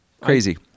Crazy